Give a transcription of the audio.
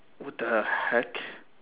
what the heck